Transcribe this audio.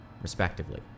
respectively